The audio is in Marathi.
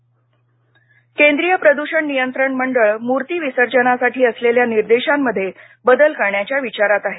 प्रदषण केंद्रीय प्रदूषण नियंत्रण मंडळ मूर्ती विसर्जनासाठी असलेल्या निर्देशांमध्ये बदल करण्याच्या विचारात आहे